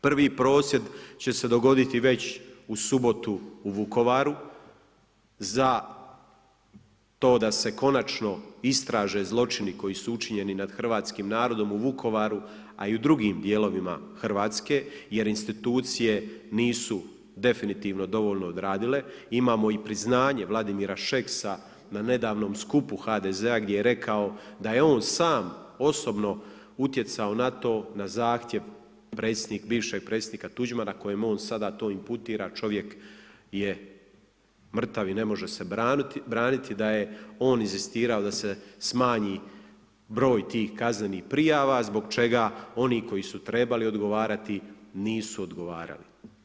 Prvi prosvjed će se dogoditi već u subotu u Vukovaru za to da se konačno istraže zločini koji su učinjeni nad hrvatskim narodom u Vukovaru a i u drugim dijelovima Hrvatske jer institucije nisu definitivno dovoljno odradile, imamo i priznanje Vladimira Šeksa na nedavnom skupu HDZ-a gdje je rekao da je on sam osobno utjecao na to, na zahtjev predsjednik, bivšeg predsjednika Tuđmana kojem on sada to inputira, čovjek je mrtav i ne može se braniti da je on inzistirao da se smanji broj tih kaznenih prijava zbog čega oni koji su trebali odgovarati nisu odgovarali.